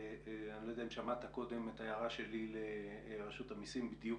אני לא יודע אם שמעת את ההערה שלי קודם לרשות המיסים בדיוק